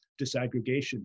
disaggregation